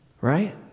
Right